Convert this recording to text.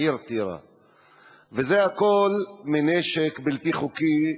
וזה הכול מנשק בלתי חוקי,